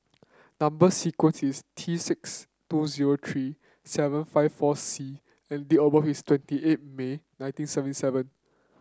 number sequence is T six two zero three seven five four C and date of birth is twenty eight May nineteen seven seven